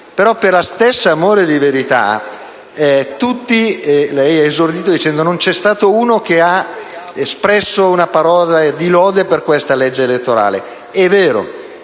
ricorda, ma anche in anni passati. Lei ha esordito dicendo che non c'è stato uno che ha espresso una parola di lode per questa legge elettorale. È vero,